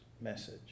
message